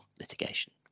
litigation